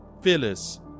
phyllis